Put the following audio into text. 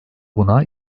buna